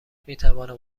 میتوانم